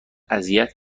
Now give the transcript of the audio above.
اذیت